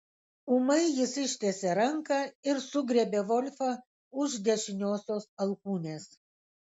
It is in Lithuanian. ūmai jis ištiesė ranką ir sugriebė volfą už dešiniosios alkūnės